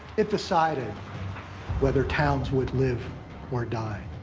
it decided whether towns would live or die.